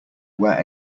where